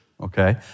Okay